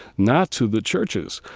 not to the churches.